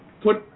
put